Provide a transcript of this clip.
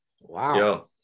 Wow